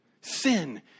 Sin